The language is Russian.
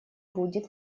будет